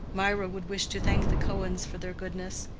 mirah would wish to thank the cohens for their goodness.